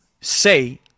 say